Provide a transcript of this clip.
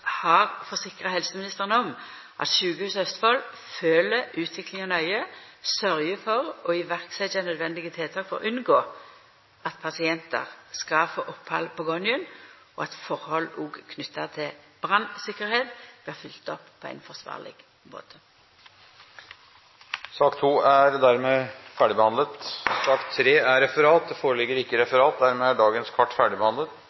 har forsikra helseministeren om at Sykehuset Østfold følgjer utviklinga nøye, sørgjer for å setja i verk nødvendige tiltak for å unngå at pasientar skal få opphald på gangen, og at forhold knytte til branntryggleik blir følgde opp på ein forsvarleg måte. Dermed er sak nr. 2 ferdigbehandlet. Det foreligger ikke